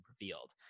revealed